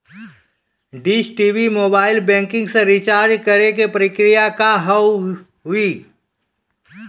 Dish TV mobile banking से recharge करे के प्रक्रिया का हाव हई?